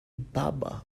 baba